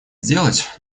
сделать